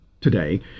Today